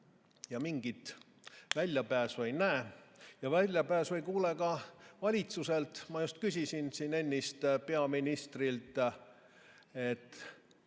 Ja mingit väljapääsu nad ei näe. Väljapääsu ei kuule ka valitsuselt. Ma just küsisin ennist peaministrilt, mida